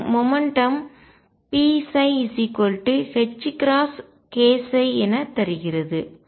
மற்றும் மொமெண்ட்டும் pψℏk ψ என தருகிறது